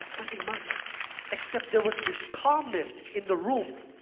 nothing much except there was this calmness in the room.